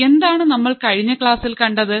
എന്താണ് നമ്മൾ കഴിഞ്ഞ ക്ലാസ്സിൽ കണ്ടത്